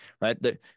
right